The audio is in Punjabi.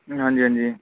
ਹਾਂਜੀ ਹਾਂਜੀ